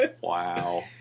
Wow